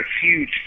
huge